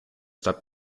step